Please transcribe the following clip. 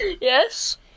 Yes